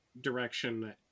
direction